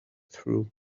through